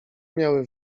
miały